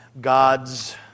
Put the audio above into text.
gods